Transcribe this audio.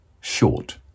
short